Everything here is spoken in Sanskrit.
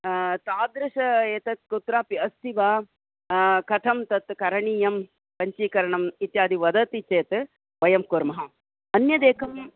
तादृशम् एतत् कुत्रापि अस्ति वा कथं तत् करणीयं पञ्जीकरणम् इत्यादि वदति चेत् वयं कुर्मः अन्यदेकं